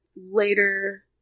later